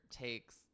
takes